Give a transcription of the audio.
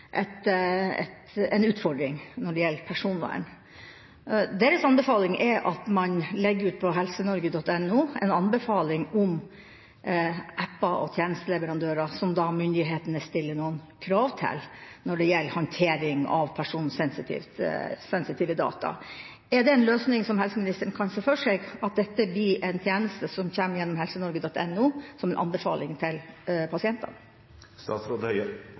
en utfordring når det gjelder personvern. Deres anbefaling er at man legger ut på helsenorge.no en anbefaling om app-er og tjenesteleverandører som myndighetene stiller noen krav til når det gjelder håndtering av personsensitive data. Er det en løsning som helseministeren kan se for seg, at dette blir en tjeneste som kommer gjennom helsenorge.no som en anbefaling til